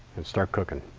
and start cooking.